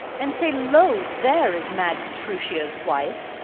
and say lo! there is mad petruchio's wife,